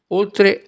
oltre